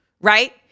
Right